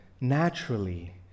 naturally